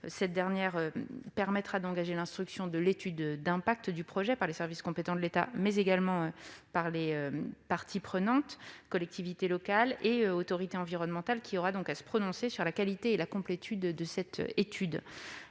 Cette dernière permettra d'engager l'instruction de l'étude d'impact du projet par les services compétents de l'État, mais également par les parties prenantes, notamment les collectivités locales. En particulier, l'Autorité environnementale aura à se prononcer sur la qualité et la complétude de cette étude.